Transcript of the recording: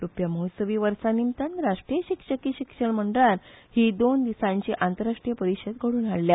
रुप्यामहोत्सवी वर्सा निमतान राष्ट्रीय शिक्षकी शिक्षण मंडळान ही दोन दिसांची आंतरराष्ट्रीय परिषद घडोवन हाडल्या